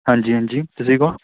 ਹਾਂਜੀ ਹਾਂਜੀ ਤੁਸੀਂ ਕੌਣ